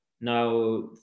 now